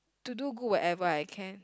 to do good whatever I can